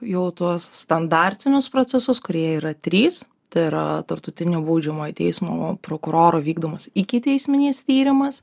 jau tuos standartinius procesus kurie yra trys tai yra tarptautinio baudžiamojo teismo prokuroro vykdomas ikiteisminis tyrimas